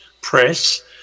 Press